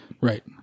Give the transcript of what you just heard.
Right